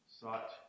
sought